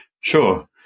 Sure